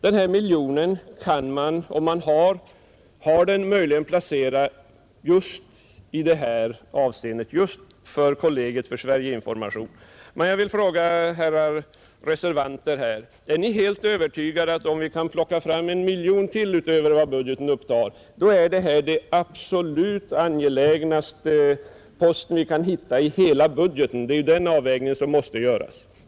Den här miljonen kan man, om man har den, möjligen placera just hos kollegiet för Sverige-information. Men jag vill fråga herrar reservanter: Är ni helt övertygade om att om vi kan plocka fram 1 miljon till utöver vad budgeten upptar så är denna post absolut den angelägnaste som vi kan hitta i hela budgeten? Det är den avvägningen som måste göras.